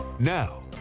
Now